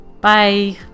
Bye